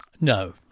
No